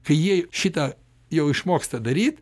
kai jie šitą jau išmoksta daryt